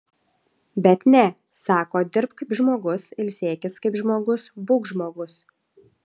bet ne sako dirbk kaip žmogus ilsėkis kaip žmogus būk žmogus